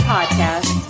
Podcast